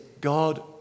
God